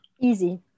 easy